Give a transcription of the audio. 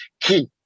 key